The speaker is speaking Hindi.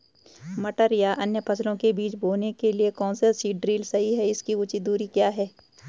मटर या अन्य फसलों के बीज बोने के लिए कौन सा सीड ड्रील सही है इसकी उचित दूरी क्या है?